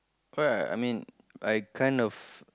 correct I mean I kind of